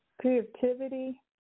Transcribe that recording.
creativity